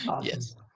yes